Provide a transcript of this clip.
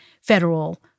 federal